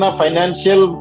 financial